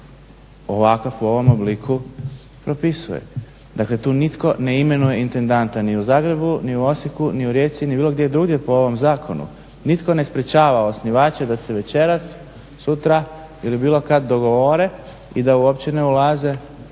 ovakav, u ovom obliku propisuje. Dakle tu nitko ne imenuje intendanta, ni u Zagrebu, ni u Osijeku, ni u Rijeci, ni bilo gdje drugdje po ovom zakonu. Nitko ne sprečava osnivača da se večeras, sutra ili bilo kada dogovore i da uopće ne ulaze